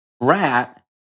rat